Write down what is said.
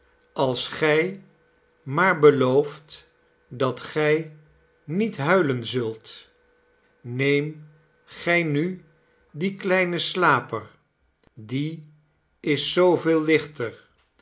als gij maar belooft dat gij niet huilen zult neem gij nu dien kleinen slaper die is zooveel lichter